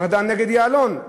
ארדן נגד יעלון: